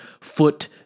Foot